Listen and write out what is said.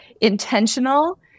intentional